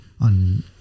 on